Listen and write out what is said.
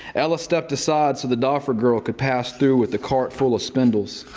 ella stepped aside so the doffer girl could pass through with a cart full of spindles.